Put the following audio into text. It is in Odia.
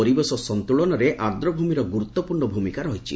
ପରିବେଶ ସନ୍ତୁଳନରେ ଆର୍ଦ୍ରଭୂମିର ଗୁରୁତ୍ୱପୂର୍ଣ୍ଣ ଭୂମିକା ରହିଛି